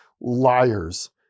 liars